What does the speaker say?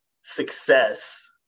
success